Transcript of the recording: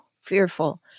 fearful